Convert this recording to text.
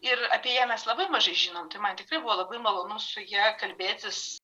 ir apie ją mes labai mažai žinom tai man tikrai buvo labai malonu su ja kalbėtis